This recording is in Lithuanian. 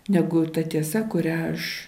negu ta tiesa kurią aš